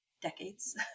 decades